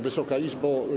Wysoka Izbo!